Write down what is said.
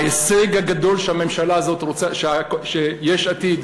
ההישג הגדול שהממשלה הזאת רוצה, שיש עתיד